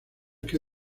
que